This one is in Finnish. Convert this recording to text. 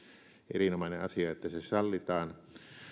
erinomainen asia että se sallitaan